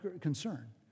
concern